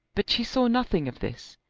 but she saw nothing of this,